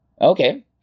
Okay